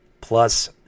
plus